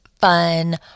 fun